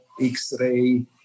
X-ray